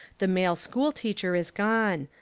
the male school-teacher is gone,